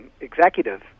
Executive